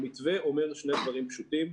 המתווה אומר שני דברים פשוטים.